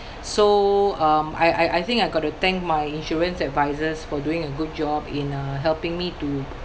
so um I I I think I got to thank my insurance advisors for doing a good job in uh helping me to